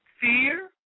fear